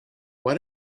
why